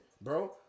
bro